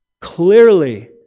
clearly